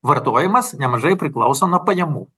vartojimas nemažai priklauso nuo pajamų